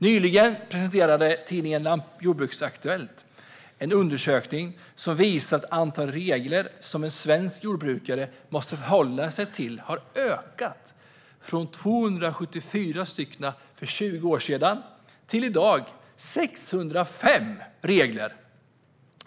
Nyligen presenterade tidningen Jordbruksaktuellt en undersökning som visar att antalet regler som en svensk lantbrukare måste hålla sig till har ökat från 274 regler för 20 år sedan till 605 regler i dag.